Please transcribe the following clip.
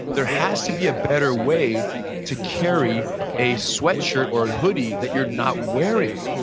there has to be a better way to carry a sweatshirt or hoodie that you're not wearing.